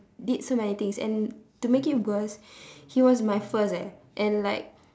did so many things and to make it worse he was my first eh and like